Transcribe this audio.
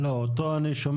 מה שאני בא